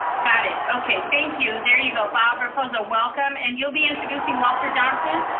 got it, okay thank you. there you go, bob rapoza, welcome. and you'll be introducing walter johnson?